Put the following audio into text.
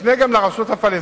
שתפנה גם אל הרשות הפלסטינית,